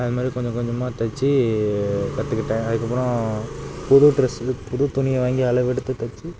அது மாதிரி கொஞ்சம் கொஞ்சமாக தைச்சு கற்றுக்கிட்டேன் அதுக்கப்புறோம் புது ட்ரெஸ் வந்து புது துணியை வாங்கி அளவு எடுத்து தைச்சு